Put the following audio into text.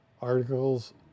articles